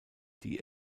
die